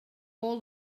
all